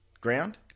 ground